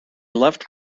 left